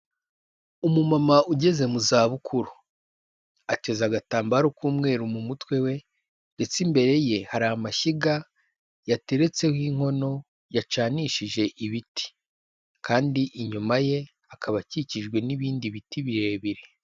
Umumama ugeze mu za bukuru ateza agatambaro k'umweru mu mutwe we ndetse imbere ye hari amashyiga yateretseho inkono yacanishije ibiti kandi inyuma ye akaba akikijwe n'ibindi biti birebire.